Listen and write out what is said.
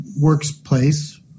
workplace